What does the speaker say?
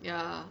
ya